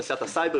תעשיית הסייבר,